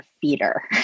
feeder